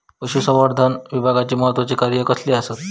पशुसंवर्धन विभागाची महत्त्वाची कार्या कसली आसत?